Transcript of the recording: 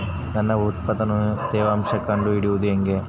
ನನ್ನ ಉತ್ಪನ್ನದ ತೇವಾಂಶ ಕಂಡು ಹಿಡಿಯುವುದು ಹೇಗೆ?